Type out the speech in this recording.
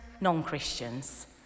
non-Christians